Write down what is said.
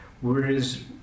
Whereas